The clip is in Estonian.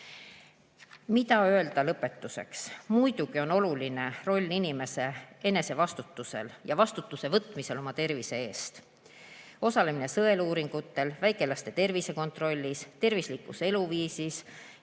Mida öelda lõpetuseks? Muidugi on oluline roll inimese enese vastutusel ja vastutuse võtmisel oma tervise eest – osalemine sõeluuringutes, väikelaste tervisekontrollis, tervislik eluviis